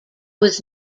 was